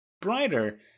brighter